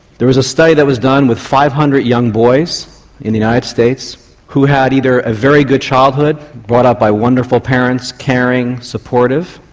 there was a study that was does with five hundred young boys in the united states who had either a very good childhood, brought up by wonderful parents, caring, supportive.